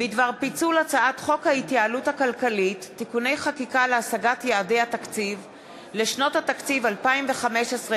חוק החלת תקצוב מגדרי על תקציבים ציבוריים בישראל,